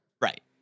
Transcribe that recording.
Right